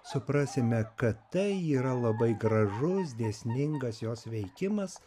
suprasime kad tai yra labai gražus dėsningas jos veikimas